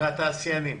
והתעשיינים